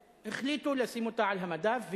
והחליטו לשים אותה על המדף,